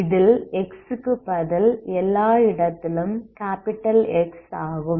இதில் x க்கு பதில் எல்லா இடத்திலும் X ஆகும்